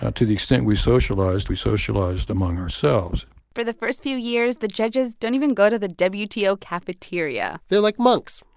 ah to the extent we socialized, we socialized among ourselves for the first few years, the judges don't even go to the wto cafeteria they're like monks,